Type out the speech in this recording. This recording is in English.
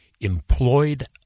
employed